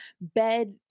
bed